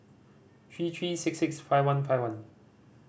three three six six five one five one